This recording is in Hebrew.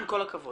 עם כל הכבוד.